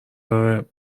داره